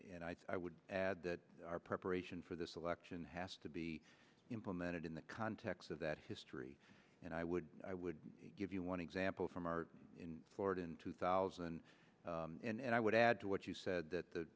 nailed it i would add that our preparation for this election has to be implemented in the context of that history and i would i would give you one example from our in florida in two thousand and i would add to what you said that the